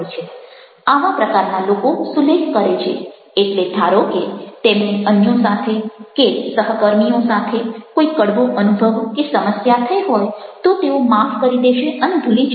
આવા પ્રકારના લોકો સુલેહ કરે છે એટલે ધારો કે તેમને અન્યો સાથે કે સહકર્મીઓ સાથે કોઈ કડવો અનુભવ કે સમસ્યા થઈ હોય તો તેઓ માફ કરી દેશે અને ભૂલી જશે